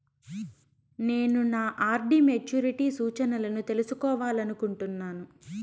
నేను నా RD maturity సూచనలను తెలుసుకోవాలనుకుంటున్నాను